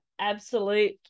absolute